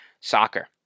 soccer